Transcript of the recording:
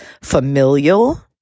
familial